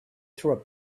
through